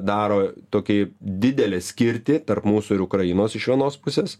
daro tokį didelę skirtį tarp mūsų ir ukrainos iš vienos pusės